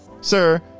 sir